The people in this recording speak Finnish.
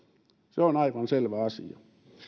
se on aivan selvä asia